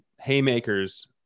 haymakers